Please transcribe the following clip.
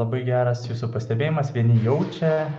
labai geras jūsų pastebėjimas vieni jaučia